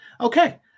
Okay